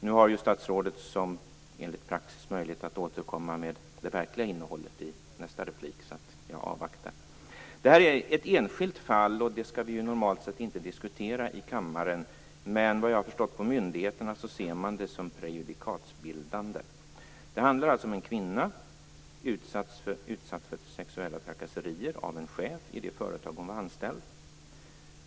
Nu har statsrådet enligt praxis möjlighet att återkomma med det verkliga innehållet i nästa replik. Jag avvaktar alltså. Nu är det här ett enskilt fall, och sådana skall vi normalt sett inte diskutera här i kammaren. Jag har dock förstått att myndigheterna ser det som prejudikatbildande. Det handlar alltså om en kvinna som utsatts för sexuella trakasserier av en chef i det företag där hon var anställd.